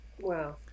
Wow